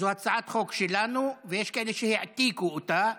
זאת הצעת חוק שלנו, ויש כאלה שהעתיקו אותה.